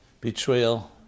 Betrayal